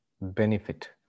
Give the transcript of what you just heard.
benefit